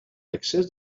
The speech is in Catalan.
excés